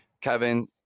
Kevin